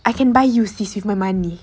I can buy you sis with my money